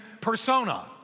persona